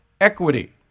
equity